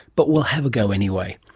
but we'll have a go anyway.